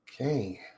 Okay